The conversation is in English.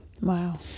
Wow